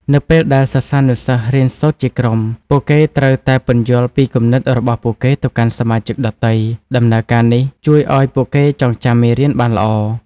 នៅពេលដែលសិស្សានុសិស្សរៀនសូត្រជាក្រុម ពួកគេត្រូវតែពន្យល់ពីគំនិតរបស់ពួកគេទៅកាន់សមាជិកដទៃ។ ដំណើរការនេះជួយឲ្យពួកគេចងចាំមេរៀនបានល្អ។